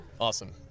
Awesome